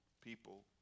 people